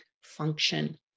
function